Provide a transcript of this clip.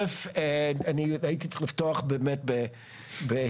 אל"ף אני הייתי צריך לפתוח באמת בהשתאות